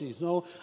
No